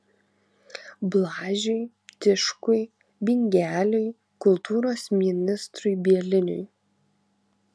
blažiui tiškui bingeliui kultūros ministrui bieliniui